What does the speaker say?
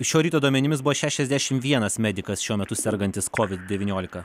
šio ryto duomenimis buvo šešiasdešimt vienas medikas šiuo metu sergantis covid devyniolika